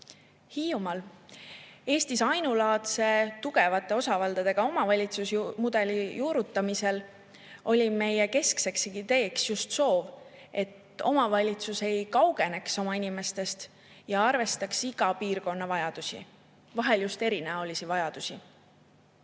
peale. Hiiumaal Eestis ainulaadse tugevate osavaldadega omavalitsusmudeli juurutamisel oli meie keskseks ideeks just soov, et omavalitsus ei kaugeneks oma inimestest ja arvestaks iga piirkonna vajadusi, vahel erinäolisi vajadusi. Meie